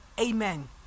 Amen